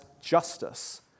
justice